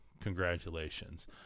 congratulations